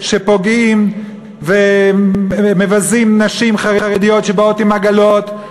שפוגעים ומבזים נשים חרדיות שבאות עם עגלות.